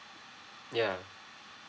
ya